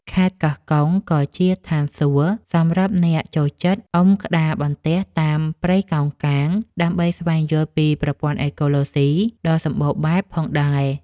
ខេត្តកោះកុងក៏ជាឋានសួគ៌សម្រាប់អ្នកចូលចិត្តអុំក្តារបន្ទះតាមព្រៃកោងកាង ដើម្បីស្វែងយល់ពីប្រព័ន្ធអេកូឡូស៊ីដ៏សម្បូរបែបផងដែរ។